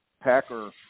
packer